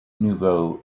nouveau